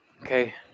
okay